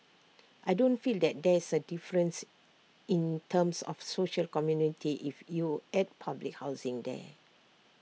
I don't feel that there's A difference in terms of social community if you add public housing there